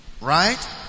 Right